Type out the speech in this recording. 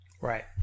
Right